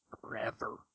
forever